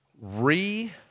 re-